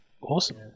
awesome